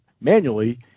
manually